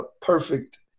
perfect